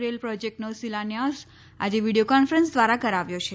rail પ્રોજેક્ટનો શિલાન્યાસ આજે વીડિયો કોન્ફરન્સ દ્વારા કરાવ્યો છે